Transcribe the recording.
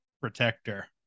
protector